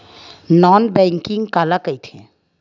Non banking काला कइथे?